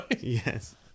Yes